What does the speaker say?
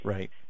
Right